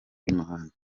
y’umuhanda